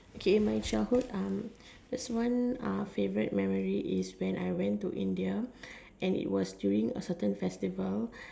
okay my childhood uh there's one uh favourite memory is when I went to India and it was during a certain festival